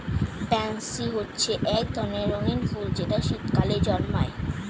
pansy হচ্ছে এক ধরনের রঙিন ফুল যেটা শীতকালে জন্মায়